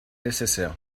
nécessaire